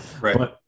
Right